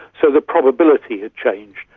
so the probability had changed,